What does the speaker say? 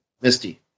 Misty